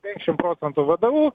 penkiasdešimt procentų vdu